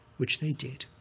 which they did,